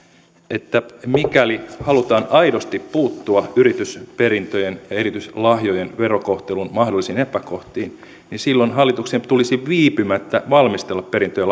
että mikäli halutaan aidosti puuttua yritysperintöjen ja ja erityisesti lahjojen verokohtelun mahdollisiin epäkohtiin niin silloin hallituksen tulisi viipymättä valmistella perintö ja